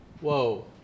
Whoa